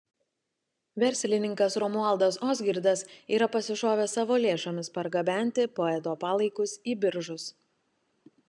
verslininkas romualdas ozgirdas yra pasišovęs savo lėšomis pargabenti poeto palaikus į biržus